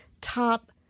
top